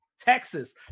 Texas